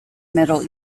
middle